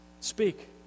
Speak